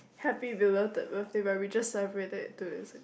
happy belated birthday but just celebrated it two days ago